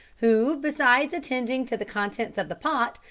who, besides attending to the contents of the pot,